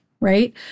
right